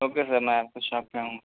okay sir میں آپ کی شاپ پہ آؤں